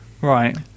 Right